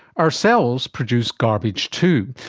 our cells produce garbage too,